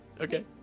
Okay